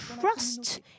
trust